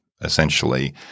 essentially